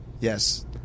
Yes